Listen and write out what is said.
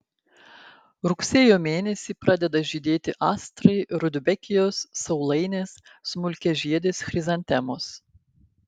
rugsėjo mėnesį pradeda žydėti astrai rudbekijos saulainės smulkiažiedės chrizantemos